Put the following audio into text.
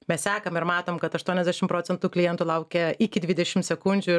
mes sekam ir matom kad aštuoniasdešim procentų klientų laukia iki dvidešim sekundžių